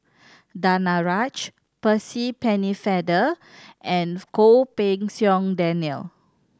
Danaraj Percy Pennefather and Goh Pei Siong Daniel